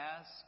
ask